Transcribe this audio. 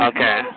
Okay